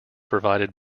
provided